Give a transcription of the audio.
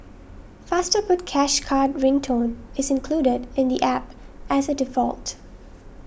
faster put cash card ring tone is included in the App as a default